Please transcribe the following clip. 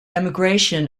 emigration